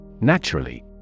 Naturally